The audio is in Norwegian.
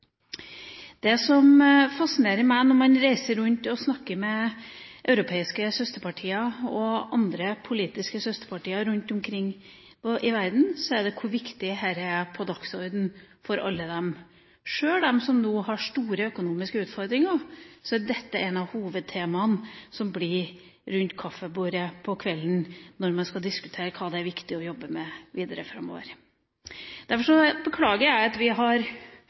Det som fascinerer meg når vi reiser rundt og snakker med europeiske søsterpartier og andre politiske søsterpartier rundt omkring i verden, er hvor viktig denne dagsordenen er for alle. Sjøl for dem som har store økonomiske utfordringer, er dette et av hovedtemaene rundt kaffebordet på kvelden, når man skal diskutere hva det er viktig å jobbe med videre framover. Derfor beklager jeg at vi har